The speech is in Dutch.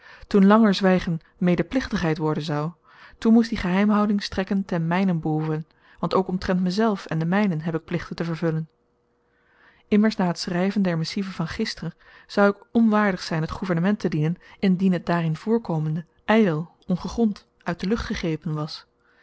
toen langer zwygen medeplichtigheid worden zou toen moest die geheimhouding strekken ten mynen behoeve want ook omtrent myzelf en de mynen heb ik plichten te vervullen immers na t schryven der missive van gister zou ik onwaardig zyn het gouvernement te dienen indien het daarin voorkomende ydel ongegrond uit de lucht gegrepen was